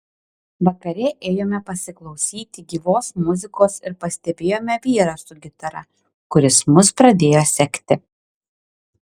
vakare ėjome pasiklausyti gyvos muzikos ir pastebėjome vyrą su gitara kuris mus pradėjo sekti